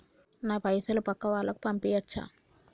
నా పైసలు పక్కా వాళ్ళకు పంపియాచ్చా?